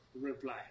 reply